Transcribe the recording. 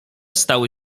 stały